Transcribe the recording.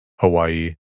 Hawaii